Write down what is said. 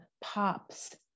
pops